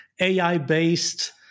AI-based